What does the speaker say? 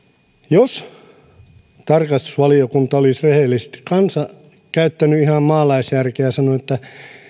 jos tarkastusvaliokunta olisi kanssa käyttänyt ihan maalaisjärkeä ja sanonut rehellisesti että